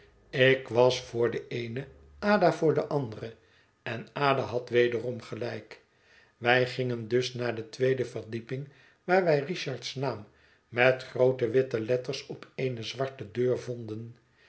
ik was voor de eene ada voor de andere en ada had wederom gelijk wij gingen dus naar de tweede verdieping waar wij richard's naam met groote witte letters op eene zwarte deur vonden